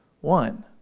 One